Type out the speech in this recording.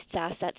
assets